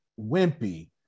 wimpy